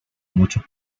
muchos